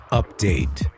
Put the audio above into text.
update